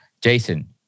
Jason